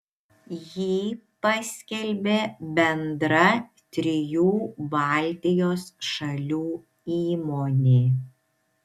jį paskelbė bendra trijų baltijos šalių įmonė